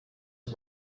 sun